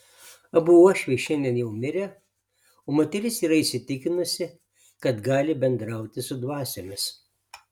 abu uošviai šiandien jau mirę o moteris yra įsitikinusi kad gali bendrauti su dvasiomis